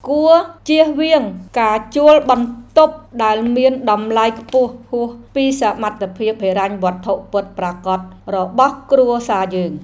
គួរជៀសវាងការជួលបន្ទប់ដែលមានតម្លៃខ្ពស់ហួសពីសមត្ថភាពហិរញ្ញវត្ថុពិតប្រាកដរបស់គ្រួសារយើង។